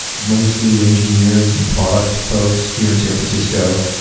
mostly engineers and product folks here in san francisco.